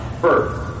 first